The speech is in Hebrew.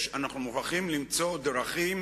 אנחנו מוכרחים למצוא דרכים